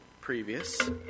previous